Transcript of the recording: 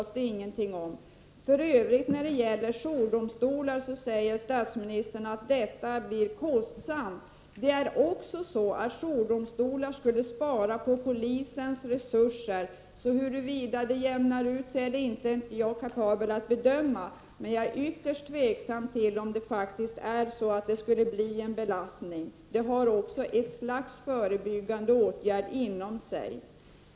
Statsministern sade att det som föreslås beträffande jourdomstolarna skulle bli mycket kostsamt. Men jourdomstolarna skulle spara polisens resurser. Jag är inte kapabel att bedöma huruvida detta skulle jämna ut sig, men jag är ytterst tveksam till om jourdomstolarna skulle bli en belastning. Jourdomstolarna innebär i sig en förebyggande åtgärd.